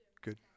Good